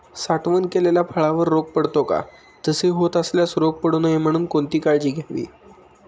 साठवण केलेल्या फळावर रोग पडतो का? तसे होत असल्यास रोग पडू नये म्हणून कोणती काळजी घ्यावी?